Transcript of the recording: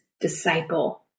disciple